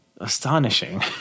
astonishing